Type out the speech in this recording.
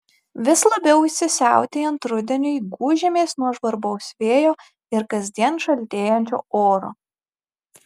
vis labiau įsisiautėjant rudeniui gūžiamės nuo žvarbaus vėjo ir kasdien šaltėjančio oro